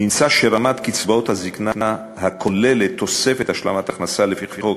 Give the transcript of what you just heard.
נמצא שרמת קצבאות הזיקנה הכוללת תוספת השלמת הכנסה לפי חוק